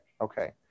okay